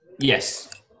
Yes